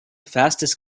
fastest